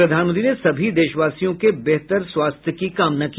प्रधानमंत्री ने सभी देशवासियों के बेहतर स्वास्थ्य की कामना की